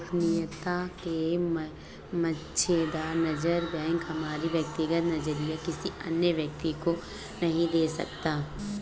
गोपनीयता के मद्देनजर बैंक हमारी व्यक्तिगत जानकारी किसी अन्य व्यक्ति को नहीं दे सकता